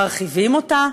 מרחיבים אותה?